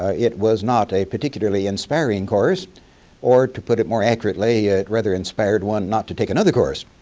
ah it was not a particularly inspiring course or to put it more accurately it rather inspired one not to take another course.